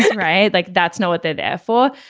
right. like that's not what they're there for.